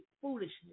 Foolishness